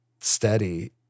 steady